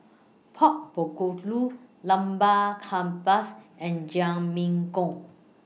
Pork Bulgogi Lamb Kebabs and